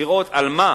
לראות, על מה?